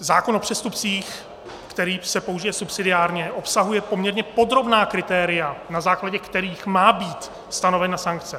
Zákon o přestupcích, který se použije subsidiárně, obsahuje poměrně podrobná kritéria, na základě kterých má být stanovena sankce.